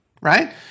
right